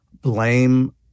blame